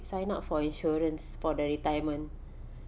sign up for insurance for the retirement